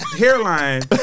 hairline